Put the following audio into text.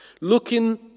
looking